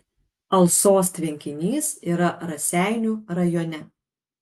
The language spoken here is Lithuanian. alsos tvenkinys yra raseinių rajone